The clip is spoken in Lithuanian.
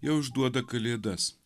jau išduoda kalėdas